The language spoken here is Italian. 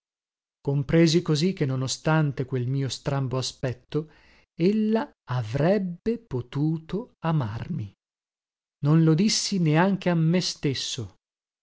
compresi così che non ostante quel mio strambo aspetto ella avrebbe potuto amarmi non lo dissi neanche a me stesso